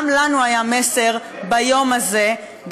גם לנו היה מסר ביום הזה.